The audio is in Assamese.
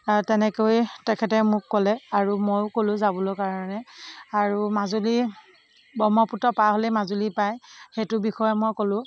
তেনেকৈ তেখেতে মোক ক'লে আৰু মইয়ো ক'লো যাবলৈ কাৰণে আৰু মাজুলীৰ ব্ৰহ্মপুত্ৰ পাৰ হ'লেই মাজুলী পায় সেইটো বিষয়ে মই ক'লো